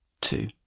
Two